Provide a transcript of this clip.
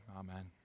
amen